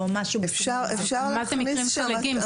מה זה מקרים חריגים?